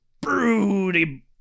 broody